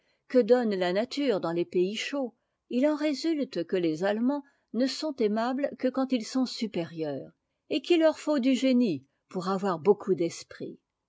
que donne la nature dans les pays chauds il en résulte que les allemands ne sont aimables que quand ils sont supérieurs et qu'il leur faut du génie pour avoir beaucoup d'esprit